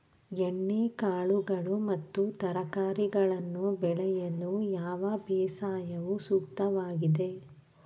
ಎಣ್ಣೆಕಾಳುಗಳು ಮತ್ತು ತರಕಾರಿಗಳನ್ನು ಬೆಳೆಯಲು ಯಾವ ಬೇಸಾಯವು ಸೂಕ್ತವಾಗಿದೆ?